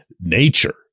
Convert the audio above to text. nature